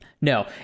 No